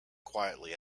quietly